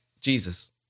Jesus